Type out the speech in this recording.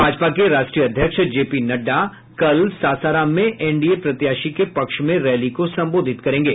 भाजपा के राष्ट्रीय अध्यक्ष जे पी नड़डा कल सासाराम में एनडीए प्रत्याशी के पक्ष में रैली को संबोधित करेंगे